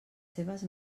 seves